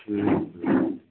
ठीक है